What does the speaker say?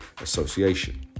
Association